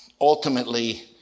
ultimately